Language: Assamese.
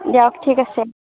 দিয়ক ঠিক আছে